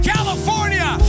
California